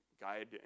guide